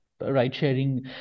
ride-sharing